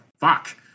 fuck